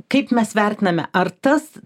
kaip mes vertiname ar tas